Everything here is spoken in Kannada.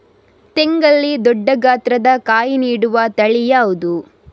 ತೆಂಗಲ್ಲಿ ದೊಡ್ಡ ಗಾತ್ರದ ಕಾಯಿ ನೀಡುವ ತಳಿ ಯಾವುದು?